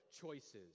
choices